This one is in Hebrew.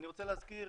אני רוצה להזכיר,